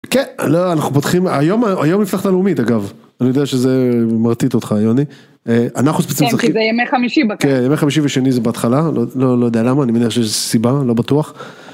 כן... לא... אנחנו פותחים... היום... היום נפתחת הלאומית, אגב, אני יודע שזה מרטיט אותך, יוני. אנחנו ספצי... כן, שזה ימי חמישי בתכלס. ימי חמישי ושני זה בהתחלה. לא... לא יודע למה, אני מניח שיש לזה סיבה, לא בטוח.